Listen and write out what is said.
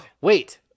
Wait